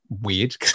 weird